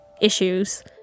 issues